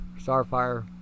Starfire